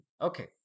Okay